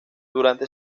durante